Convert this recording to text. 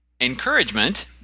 encouragement